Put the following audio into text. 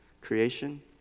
creation